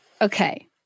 Okay